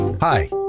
Hi